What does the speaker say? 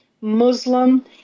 Muslim